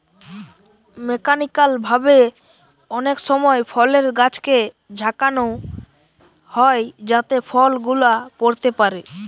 mechanical ভাবে অনেক সময় ফলের গাছকে ঝাঁকানো হয় যাতে ফল গুলা পড়তে পারে